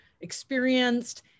experienced